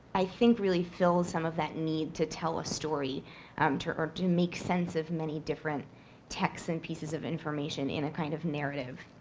i think, really fills some of that need to tell a story um or to make sense of many different texts and pieces of information in a, kind of, narrative.